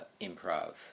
improv